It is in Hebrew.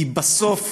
כי בסוף,